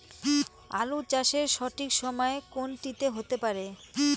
আলু চাষের সঠিক সময় কোন টি হতে পারে?